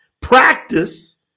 practice